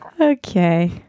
Okay